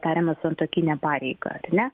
tariamą santuokinę pareigą ar ne